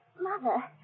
Mother